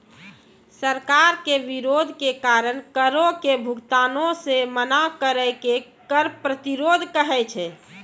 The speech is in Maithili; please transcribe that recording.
सरकार के विरोध के कारण करो के भुगतानो से मना करै के कर प्रतिरोध कहै छै